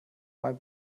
mein